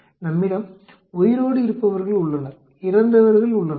நம்மிடம் உயிரோடு இருப்பவர்கள் உள்ளனர் இறந்தவர்கள் உள்ளனர்